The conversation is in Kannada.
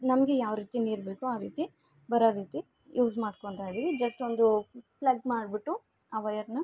ನಮಗೆ ಯಾವ ರೀತಿ ನೀರು ಬೇಕೋ ಆ ರೀತಿ ಬರೋ ರೀತಿ ಯೂಸ್ ಮಾಡ್ಕೊಳ್ತಾಯಿದ್ದೀವಿ ಜಸ್ಟ್ ಒಂದು ಪ್ಲಗ್ ಮಾಡ್ಬಿಟ್ಟು ಆ ವಯರ್ನ